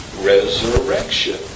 Resurrection